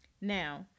Now